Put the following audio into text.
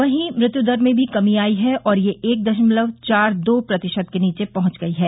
वहीं मत्युदर में भी कमी आई है और यह एक दमलशव चार दो प्रतिशत के नीचे पहुंच गई है